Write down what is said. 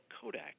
Kodak